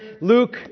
Luke